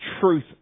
truth